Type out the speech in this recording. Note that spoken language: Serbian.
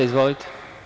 Izvolite.